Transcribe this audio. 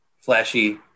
flashy